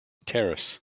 terrace